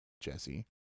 Jesse